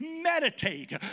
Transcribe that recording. meditate